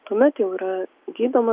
tuomet jau yra gydoma